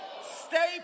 Stay